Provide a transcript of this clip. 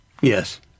Yes